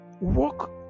walk